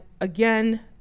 again